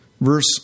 Verse